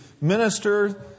minister